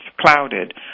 clouded